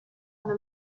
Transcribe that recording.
una